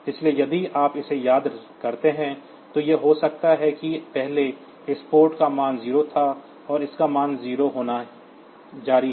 इसलिए यदि आप इसे याद करते हैं तो यह हो सकता है कि पहले इस पोर्ट का मान 0 था और इसका मान 0 होना जारी है